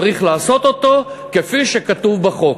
צריך לעשות אותו כפי שכתוב בחוק.